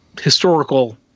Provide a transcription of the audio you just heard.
historical